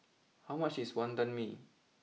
how much is Wantan Mee